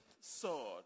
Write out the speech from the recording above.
sword